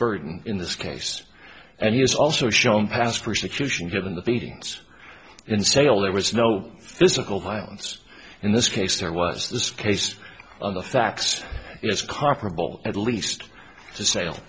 burden in this case and he has also shown past persecution given the beatings in sale there was no physical violence in this case there was this case on the facts it's comparable at least to sa